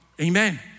Amen